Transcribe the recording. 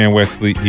Wesley